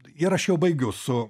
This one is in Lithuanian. ir aš jau baigiau su